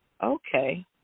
okay